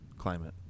climate